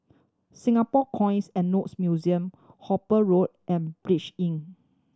Singapore Coins and Notes Museum Hooper Road and Inn